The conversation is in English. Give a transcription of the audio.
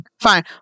Fine